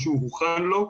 מה שהוכן לו.